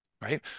right